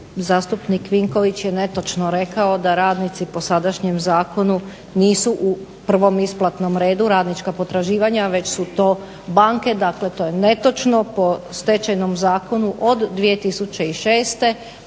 Zastupnik Vinković je netočno rekao da radnici po sadašnjem zakonu nisu u prvom isplatnom redu radnička potraživanja već su to banke, dakle to je netočno. Po Stečajnom zakonu od 2006.